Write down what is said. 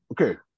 Okay